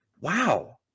wow